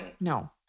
No